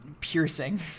piercing